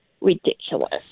ridiculous